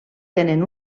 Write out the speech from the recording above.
tenen